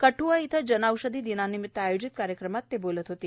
कठूआ इथ जन औषधी दिनानिमित्त आयोजित कार्यक्रमात ते बोलत होते